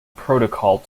protocol